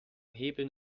hebeln